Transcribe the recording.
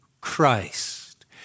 Christ